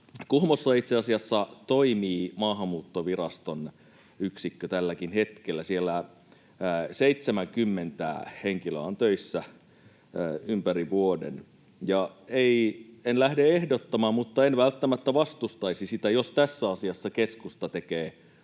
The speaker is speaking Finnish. asiassa toimii Maahanmuuttoviraston yksikkö tälläkin hetkellä. Siellä 70 henkilöä on töissä ympäri vuoden. Ja ei, en lähde ehdottamaan, mutta en välttämättä vastustaisi sitä, jos tässä asiassa keskusta tekee